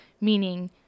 meaning